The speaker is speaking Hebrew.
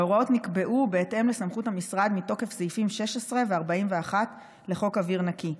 ההוראות נקבעו בהתאם לסמכות המשרד מתוקף סעיפים 16 ו-41 לחוק אוויר נקי.